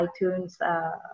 iTunes